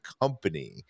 company